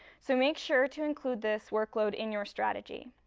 so make sure to include this workload in your strategy.